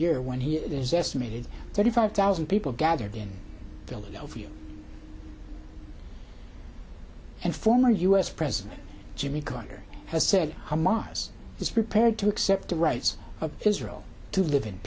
year when he it is estimated thirty five thousand people gathered in philadelphia and former u s president jimmy carter has said hamas is prepared to accept the rights of israel to live in